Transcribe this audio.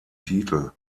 titel